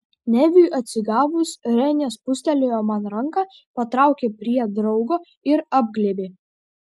neviui atsigavus renė spustelėjo man ranką patraukė prie draugo ir apglėbė